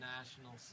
National